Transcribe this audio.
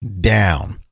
down